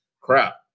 crap